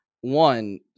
One